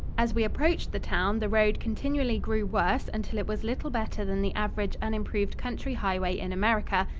as we approached the town, the road continually grew worse until it was little better than the average unimproved country highway in america,